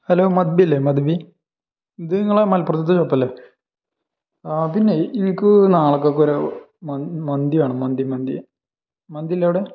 hello മദ്ബി അല്ലെ മദ്ബി ഇത് നിങ്ങളുടെ മലപ്പുറത്തെ ഷോപ്പ് അല്ലെ പിന്നെ എനിക്ക് നാളത്തേയ്ക്കൊരു മൻ മന്തി വേണം മന്തി മന്തി മന്തിയില്ലെ അവിടെ